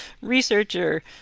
researcher